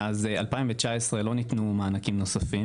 מאז 2019 לא ניתנו מענקים נוספים.